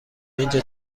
اینجا